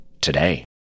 today